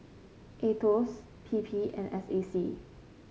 Aetos P P and S A C